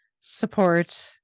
support